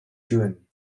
june